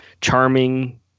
charming